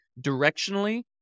directionally